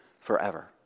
forever